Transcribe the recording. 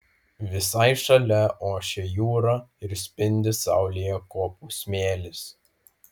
visai šalia ošia jūra ir spindi saulėje kopų smėlis